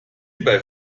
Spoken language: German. bei